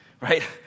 right